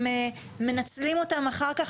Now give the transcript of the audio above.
הם מנצלים אותם אחר-כך,